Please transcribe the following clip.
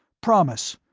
promise!